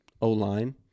O-line